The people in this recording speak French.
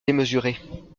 démesurée